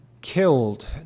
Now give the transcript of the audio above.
killed